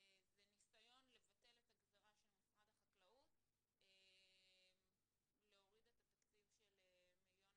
ניסיון לבטל את הגזרה של משרד החקלאות להוריד את התקציב של מיליון